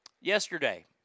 Yesterday